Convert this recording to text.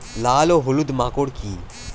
লাল ও হলুদ মাকর কী?